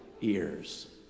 ears